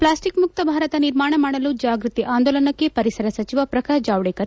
plastic ಮುಕ್ತ ಭಾರತ ನಿರ್ಮಾಣ ಮಾಡಲು ಜಾಗ್ಬತಿ ಆಂದೋಲನಕ್ಕೆ ಪರಿಸರ ಸಚಿವ ಪ್ರಕಾಶ್ ಜಾವಡೇಕರ್ ಚಾಲನೆ